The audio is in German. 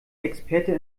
experte